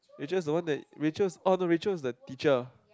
they just don't want that Rachels oh the Rachel is the teacher